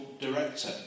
director